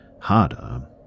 harder